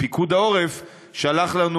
פיקוד העורף שלח לנו.